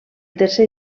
tercer